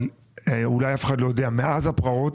אבל אולי אף אחד לא יודע שמאז הפרעות